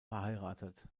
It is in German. verheiratet